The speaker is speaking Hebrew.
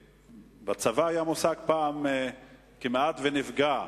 בצבא היה פעם מושג של "כמעט נפגע"